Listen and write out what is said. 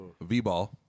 V-ball